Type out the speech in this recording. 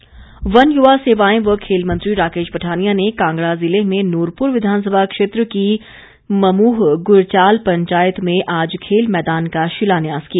पठानिया वन युवा सेवाएं व खेल मंत्री राकेश पठानिया ने कांगड़ा जिले में नूरपुर विधानसभा क्षेत्र की ममूह गुरचाल पंचायत में आज खेल मैदान का शिलान्यास किया